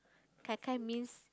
Gai Gai means